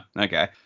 okay